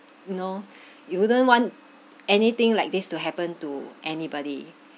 know you wouldn't want anything like this to happen to anybody